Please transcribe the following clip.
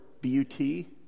B-U-T